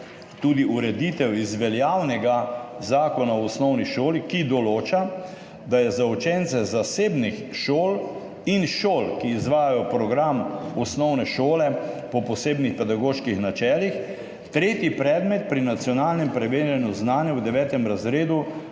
tudi ureditev iz veljavnega Zakona o osnovni šoli, ki določa, da je za učence zasebnih šol in šol, ki izvajajo program osnovne šole po posebnih pedagoških načelih, tretji predmet pri nacionalnem preverjanju znanja v 9. razredu